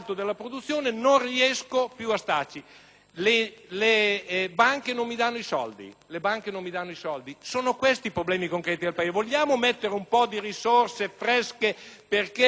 Le banche non gli danno i soldi. Sono questi i problemi concreti del Paese. Vogliamo mettere un po' di risorse fresche perché le piccole e medie imprese possano